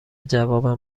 جوابم